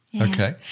Okay